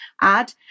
add